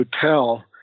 hotel